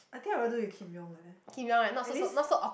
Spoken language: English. I think I would rather do with Kim-Yong eh